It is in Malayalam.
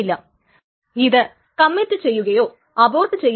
ആ ഒരു ട്രാൻസാക്ഷനെ കമ്മിറ്റോ അബോർട്ടോ ചെയ്യും